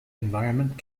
environment